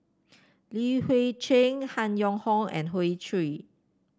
Li Hui Cheng Han Yong Hong and Hoey Choo